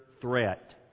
threat